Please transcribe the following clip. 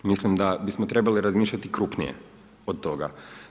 Mislim da bismo trebali razmišljati krupnije od toga.